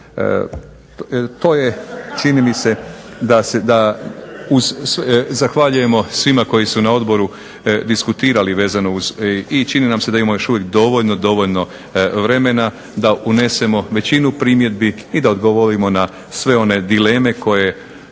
To je čini se da uz, zahvaljujemo svima koji su na odboru diskutirali vezano uz i čini nam se da imamo još uvijek dovoljno, dovoljno vremena da unesemo većinu primjedbi i da odgovorimo na sve one dileme koje